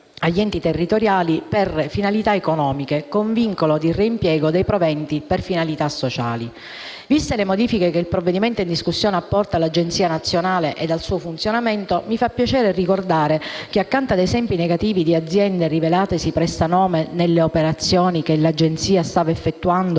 agli enti territoriali per finalità economiche, con vincolo di reimpiego dei proventi per finalità sociali. Viste le modiche che il provvedimento in discussione apporta all'Agenzia nazionale e al suo funzionamento, mi fa piacere ricordare che, accanto ad esempi negativi di aziende rivelatesi prestanome nelle operazioni che l'Agenzia stava effettuando